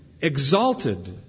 exalted